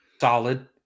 Solid